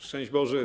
Szczęść Boże!